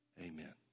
Amen